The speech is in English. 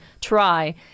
try